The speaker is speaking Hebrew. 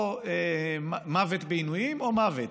או מוות בעינויים או מוות,